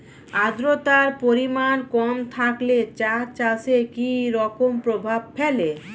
আদ্রতার পরিমাণ কম থাকলে চা চাষে কি রকম প্রভাব ফেলে?